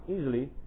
easily